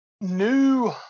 New